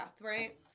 right